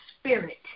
spirit